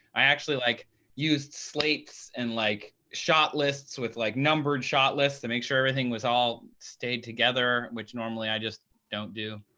i actually like used slates and like shot lists with like numbered shot lists to make sure everything all stayed together, which normally i just don't do.